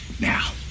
now